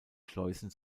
schleusen